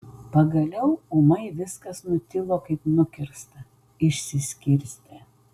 pagaliau ūmai viskas nutilo kaip nukirsta išsiskirstė